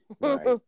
Right